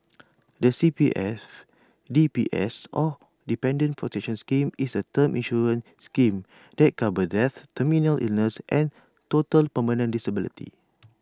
the C P F D P S or Dependants' protection scheme is A term insurance scheme that covers death terminal illness and total permanent disability